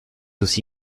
aussi